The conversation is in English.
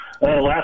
last